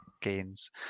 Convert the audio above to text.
gains